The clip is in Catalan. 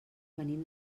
venim